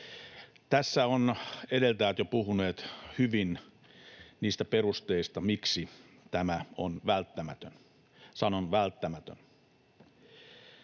Tässä ovat edeltäjät jo puhuneet hyvin niistä perusteista, miksi tämä on välttämätön — sanon: välttämätön.